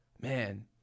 man